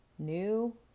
new